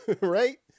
right